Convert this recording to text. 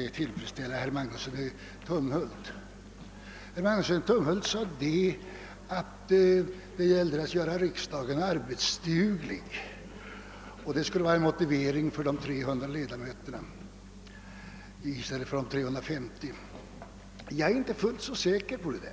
till ett resultat, som t.o.m. kunde tillfredsställa herr Magnusson i Tumhult. Herr Magnusson i Tumhult sade vidare att det gäller att göra riksdagen arbetsduglig, vilket skulle vara en motivering för förslaget om ett antal av 300 ledamöter i stället för 350. Jag är inte fullt så säker på detta.